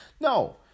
No